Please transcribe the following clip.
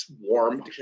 warm